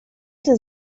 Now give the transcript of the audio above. does